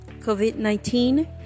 COVID-19